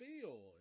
feel